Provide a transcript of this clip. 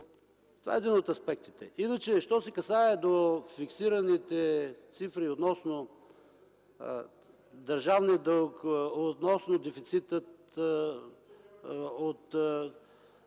Това е един от аспектите. Що се касае до фиксираните цифри относно държавния дълг, относно дефицита,